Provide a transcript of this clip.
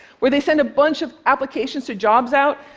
where they send a bunch of applications to jobs out,